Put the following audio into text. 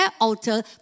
altar